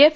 F